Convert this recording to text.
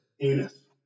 Anus